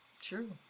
true